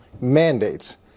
mandates